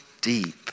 deep